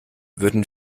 würden